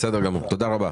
תודה רבה.